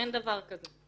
אני אפילו לא מדברת איתך.